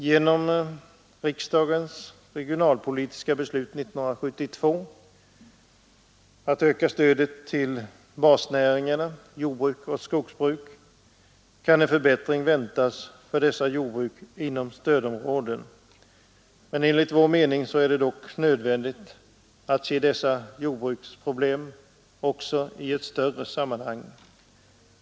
Genom riksdagens regionalpolitiska beslut 1972 att öka stödet till basnäringarna jordoch skogsbruk kan en förbättring väntas för dessa jordbruk inom stödområdet. Enligt vår mening är det dock nödvändigt att se dessa jordbruksproblem också i ett större sammanhang.